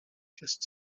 just